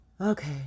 Okay